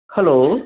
hello